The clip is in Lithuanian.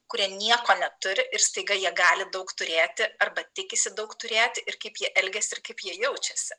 kurie nieko neturi ir staiga jie gali daug turėti arba tikisi daug turėti ir kaip jie elgiasi ir kaip jie jaučiasi